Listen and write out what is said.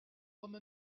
comme